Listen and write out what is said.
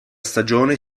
stagione